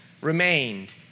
remained